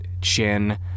chin